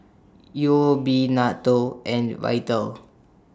U O B NATO and Vital